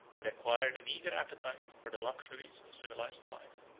who had acquired an eager appetite for the luxuries of civilized life.